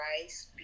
rice